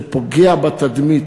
זה פוגע בתדמית.